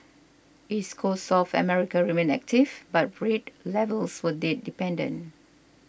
East Coast South America remained active but rate levels were date dependent